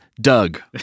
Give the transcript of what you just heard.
Doug